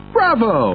Bravo